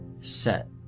set